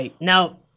now